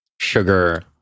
sugar